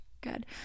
good